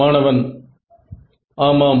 மாணவன் ஆமாம்